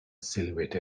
silhouette